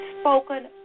spoken